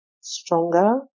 stronger